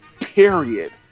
Period